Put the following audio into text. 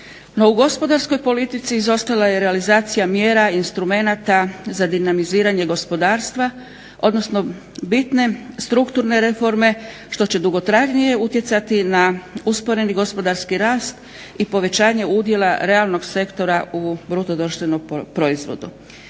u gospodarskoj politici izostala je realizacija mjera i instrumenata za dinamiziranje gospodarstva, odnosno bitne strukturne reforme što će dugotrajnije utjecati na usporeni gospodarski rast i povećanje udjela realnog sektora u bruto društvenom proizvodu.